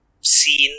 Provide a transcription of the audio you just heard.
seen